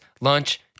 lunch